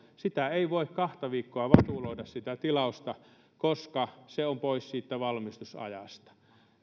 sitä tilausta ei voi kahta viikkoa vatuloida koska se on pois siitä valmistusajasta